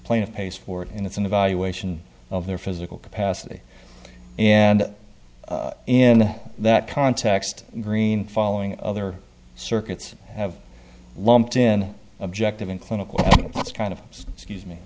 plaintiff pays for it and it's an evaluation of their physical capacity and in that context green following other circuits have lumped in objective in clinical that's kind of scuse me